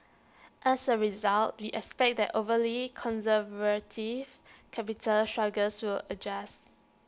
as A result we expect that overly conservative capital structures will adjusts